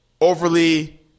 overly